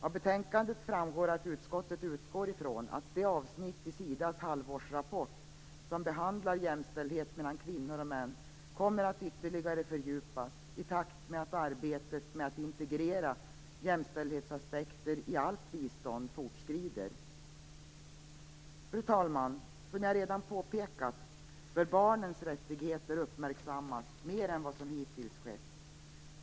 Av betänkandet framgår att utskottet utgår ifrån att det avsnitt i Sidas halvårsrapport som behandlar jämställdhet mellan kvinnor och män ytterligare kommer att fördjupas i takt med att arbetet med att integrera jämställdhetsaspekter i allt bistånd fortskrider. Fru talman! Som jag redan har påpekat bör barnens rättigheter uppmärksammas mer än vad som hittills skett.